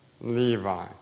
Levi